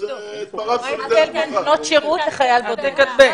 אז התפרצנו לדלת פתוחה.